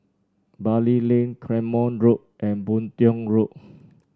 Bali Lane Claymore Road and Boon Tiong Road